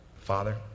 Father